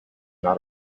not